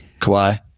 Kawhi